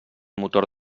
motor